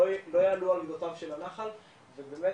לא יעלו על גדותיו של הנחל וישקמו